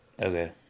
okay